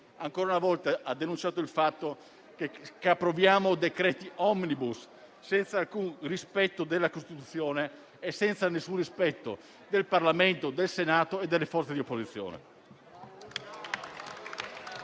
ancora una volta ha denunciato il fatto che approviamo decreti *omnibus* senza alcun rispetto della Costituzione, del Parlamento, del Senato e delle forze di opposizione.